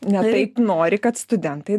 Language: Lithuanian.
ne taip nori kad studentai